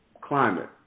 climate